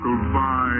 Goodbye